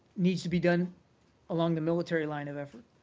needs to be done along the military line of effort,